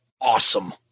awesome